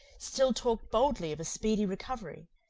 still talked boldly of a speedy recovery,